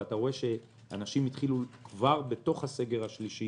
ואתה רואה שאנשים התחילו כבר בסגר השלישי